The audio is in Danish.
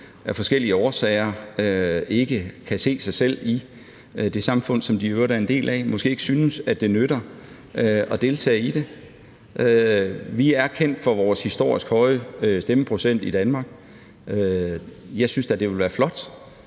af forskellige årsager måske ikke kan se sig selv i det samfund, de i øvrigt er en del af, og som måske ikke synes, at det nytter at deltage i det. Vi er i Danmark kendt for vores historisk høje stemmeprocent. Jeg synes da, det ville være flot,